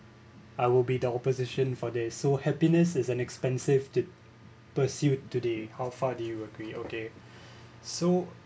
I will be the opposition for they so happiness is an expensive pursuit today how far do you agree okay so